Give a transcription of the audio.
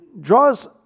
draws